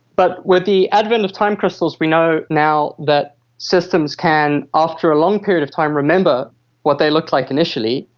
but with the advent of time crystals we know now that systems can, after a long period of time, remember what they looked like initially.